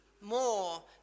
more